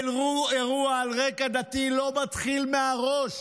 אירוע על רקע דתי, ולא מתחיל מהראש,